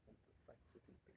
one point five 你神经病